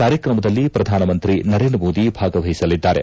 ಕಾರ್ಯಕ್ರಮದಲ್ಲಿ ಶ್ರಧಾನಮಂತ್ರಿ ನರೇಂದ್ರ ಮೋದಿ ಭಾಗವಹಿಸಲಿದ್ದಾರೆ